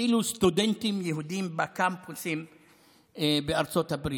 אפילו סטודנטים יהודים בקמפוסים בארצות הברית,